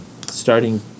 starting